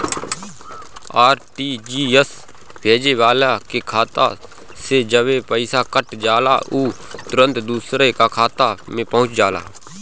RTGS भेजे वाला के खाता से जबे पईसा कट जाला उ तुरंते दुसरा का खाता में पहुंच जाला